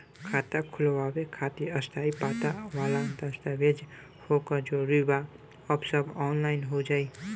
खाता खोलवावे खातिर स्थायी पता वाला दस्तावेज़ होखल जरूरी बा आ सब ऑनलाइन हो जाई?